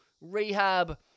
rehab